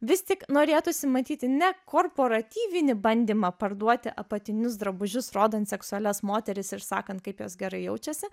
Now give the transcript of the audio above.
vis tik norėtųsi matyti ne korporatyvinį bandymą parduoti apatinius drabužius rodant seksualias moteris ir sakant kaip jos gerai jaučiasi